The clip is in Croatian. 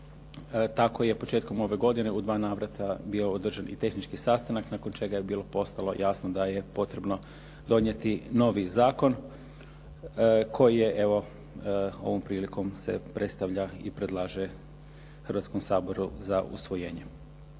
Tako je početkom ove godine u dva navrata bio održan i tehnički sastanak nakon čega je bilo postalo jasno da je potrebno donijeti novi zakon koji je evo ovom prilikom se predstavlja i predlaže Hrvatskom saboru za usvojenje.